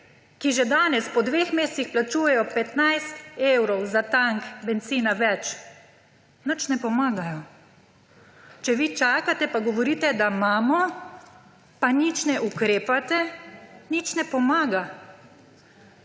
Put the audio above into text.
ki že danes po dveh mesecih plačujejo 15 evrov za tank bencina več, nič ne pomagajo. Če vi čakate in govorite, da imamo, pa nič ne ukrepati, nič ne pomaga.